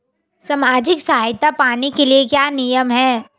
सामाजिक सहायता पाने के लिए क्या नियम हैं?